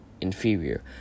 inferior